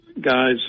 guys